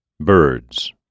birds